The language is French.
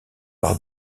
par